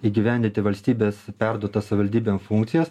įgyvendinti valstybės perduotas savivaldybėm funkcijas